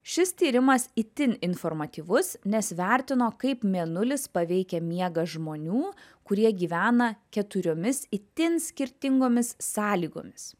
šis tyrimas itin informatyvus nes vertino kaip mėnulis paveikia miegą žmonių kurie gyvena keturiomis itin skirtingomis sąlygomis